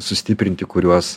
sustiprinti kuriuos